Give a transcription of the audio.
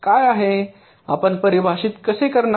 आपण परिभाषित कसे करणार